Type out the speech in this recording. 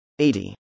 80